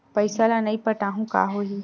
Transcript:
पईसा ल नई पटाहूँ का होही?